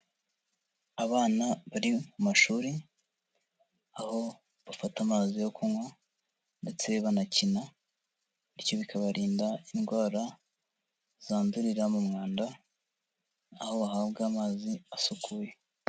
abana bari mu mashuri, aho bafata amazi yo kunywa, ndetse banakina, bityo bikabarinda indwara, zandurira mu mwanda, aho bahabwa amazi asukuye.